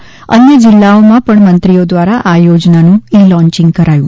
જ્યારે અન્ય જિલ્લાઓમાં પણ મંત્રીઓ દ્વારા આ યોજનાનું ઇ લોન્ચીંગ કરાયું